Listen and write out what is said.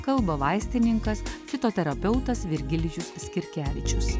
kalba vaistininkas fitoterapeutas virgilijus skirkevičius